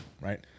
right